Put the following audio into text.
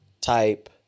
type